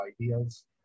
ideas